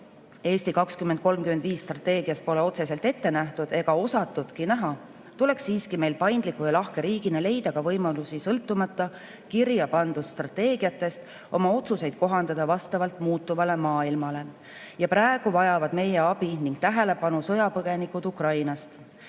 "Eesti 2035" strateegias pole otseselt ette nähtud ega osatudki näha, tuleks meil siiski paindliku ja lahke riigina leida ka võimalusi sõltumata kirja pandud strateegiatest oma otsuseid kohandada vastavalt muutuvale maailmale. Praegu vajavad meie abi ning tähelepanu sõjapõgenikud Ukrainast.